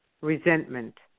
resentment